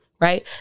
right